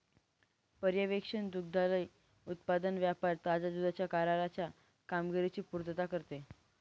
पर्यवेक्षण दुग्धालय उत्पादन व्यापार ताज्या दुधाच्या कराराच्या कामगिरीची पुर्तता करते